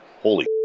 holy